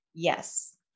Yes